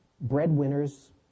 breadwinners